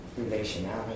relationality